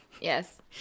Yes